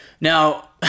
now